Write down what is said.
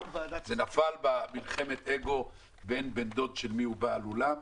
זה נפל במלחמת האגו ביניהם בשאלה בן דוד של מי הוא בעל אולם,